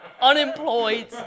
unemployed